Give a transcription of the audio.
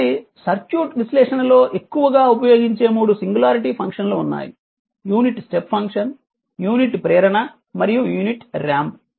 కాబట్టి సర్క్యూట్ విశ్లేషణలో ఎక్కువగా ఉపయోగించే మూడు సింగులారిటీ ఫంక్షన్ లు ఉన్నాయి యూనిట్ స్టెప్ ఫంక్షన్ యూనిట్ ప్రేరణ మరియు యూనిట్ రాంప్